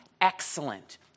excellent